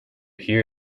here